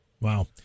Wow